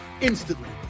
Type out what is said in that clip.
instantly